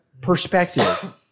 perspective